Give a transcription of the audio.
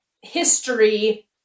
history